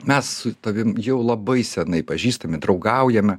mes su tavim jau labai seniai pažįstami draugaujame